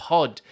Pod